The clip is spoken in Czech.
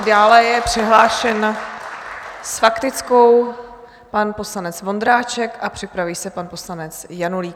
Dále je přihlášen s faktickou pan poslanec Vondráček a připraví se pan poslanec Janulík.